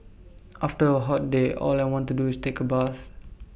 after A hot day all I want to do is take A bath